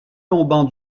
tombant